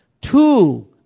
Two